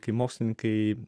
kai mokslininkai